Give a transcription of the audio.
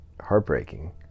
heartbreaking